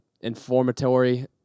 informatory